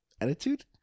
Attitude